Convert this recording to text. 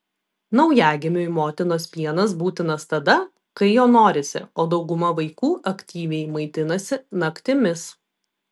naujagimiui motinos pienas būtinas tada kai jo norisi o dauguma vaikų aktyviai maitinasi naktimis